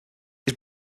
his